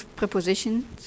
prepositions